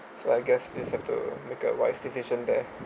so I guess this have to make a wise decision there